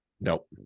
Nope